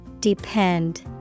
Depend